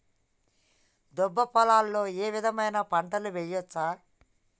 దుబ్బ పొలాల్లో ఏ విధమైన పంటలు వేయచ్చా?